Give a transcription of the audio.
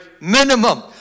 minimum